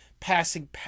passing